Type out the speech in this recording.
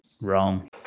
Wrong